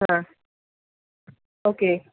हां ओके